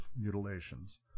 mutilations